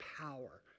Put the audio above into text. power